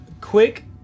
quick